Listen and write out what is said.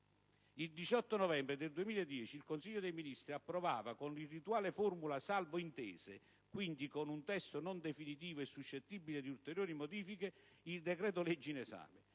Il 18 novembre 2010 il Consiglio dei ministri approvava con la irrituale formula "salvo intese", quindi con un testo non definitivo e suscettibile di ulteriori modifiche, il decreto-legge in esame.